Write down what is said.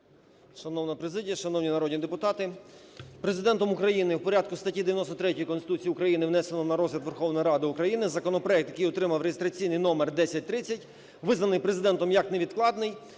Шановна президія, шановні народні депутати, Президентом України в порядку статті 93 Конституції України внесено на розгляд Верховної Ради України законопроект, який отримав реєстраційний номер 1030 визнаний Президентом як невідкладний,